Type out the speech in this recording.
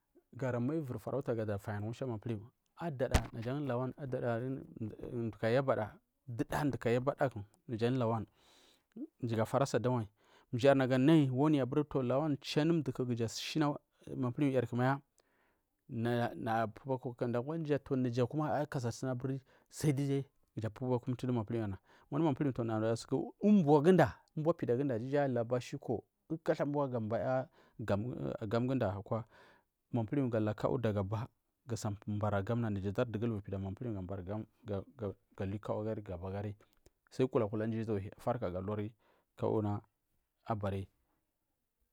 Gara mai vir faraula ga faya musha mapunu adada jangu lawan nduku yabada nduku yabadku lawan mji ga fari asi adawai naga ga nada worni aburi lawan chanu mduku kuja ashina manaku yarku maya naya pukakada naja kuma akansachuni aburi naja pubapidu manpipou yarda wandu manpuwu umboguda du manpihnu umbor pidaguda duja laba shasha ukatha umbo ga baya gam agam duda akwa manpihiu ga la kawu daga aba gasa bar agamuna naja ada pida adar ndugul ga bari gam ga liukawu agari sai kuka kula jan nduja ga farka ga zuwa ulari kawuna abari.